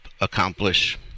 accomplish